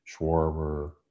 Schwarber